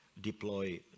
deploy